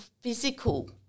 physical